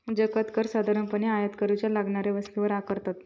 जकांत कर साधारणपणे आयात करूच्या लागणाऱ्या वस्तूंवर आकारतत